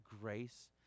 grace